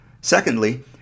Secondly